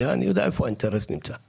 אני יודע שבודקים את זה.